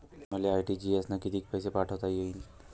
मले आर.टी.जी.एस न कितीक पैसे पाठवता येईन?